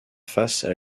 face